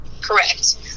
Correct